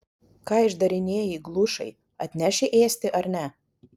ką išdarinėji glušai atneši ėsti ar ne